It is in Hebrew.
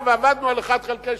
את כל זה לא